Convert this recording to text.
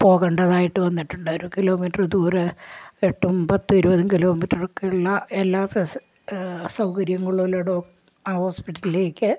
പോകേണ്ടതായിട്ട് വന്നിട്ടുണ്ട് ഒരു കിലോമീറ്റർ ദൂരെ എട്ടും പത്തും ഇരുപതും കിലോമീറ്റർ ഒക്കെയുള്ള എല്ലാ ഫെസ് സൗകര്യങ്ങളോടും ആ ഹോസ്പിറ്റലിലേക്ക്